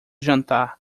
jantar